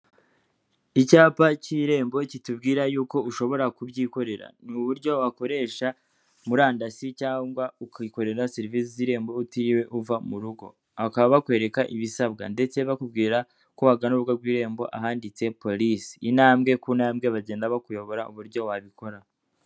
Icyapa cy'irembo kitubwira yuko ushobora kubyikorera. Ni uburyo wakoresha murandasi cyangwa ukikorera serivisi z'irembo utiriwe uva mu rugo, bakaba bakwereka ibisabwa ndetse bakubwira ko wagana urubuga rw'irembo ahanditse polisi, intambwe ku ntambwe bagenda bakuyobora uburyo wabikora.